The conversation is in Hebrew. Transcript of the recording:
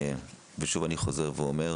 שוב אני חוזר ואומר